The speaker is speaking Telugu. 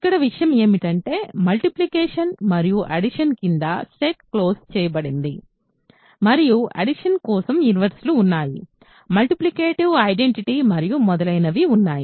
ఇక్కడ విషయం ఏమిటంటే మల్టిప్లికేషన్ మరియు అడిషన్ క్రింద సెట్ క్లోజ్ చేయబడింది మరియు అడిషన్ కోసం ఇన్వెర్సులు ఉన్నాయి మల్టిప్లికేటివ్ ఐడెంటిటీ మరియు మొదలైనవి ఉన్నాయి